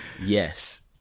Yes